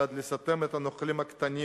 ועד לסתם נוכלים קטנים